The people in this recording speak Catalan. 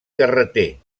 carreter